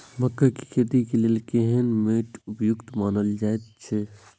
मकैय के खेती के लेल केहन मैट उपयुक्त मानल जाति अछि?